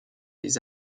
des